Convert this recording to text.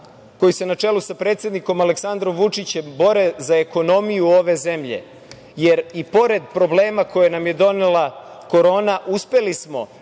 koji se na čelu sa predsednikom Aleksandrom Vučićem bore za ekonomiju ove zemlje, jer i pored problema koje nam je donela Korona uspeli smo